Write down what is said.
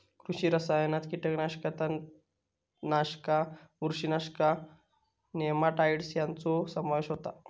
कृषी रसायनात कीटकनाशका, तणनाशका, बुरशीनाशका, नेमाटाइड्स ह्यांचो समावेश होता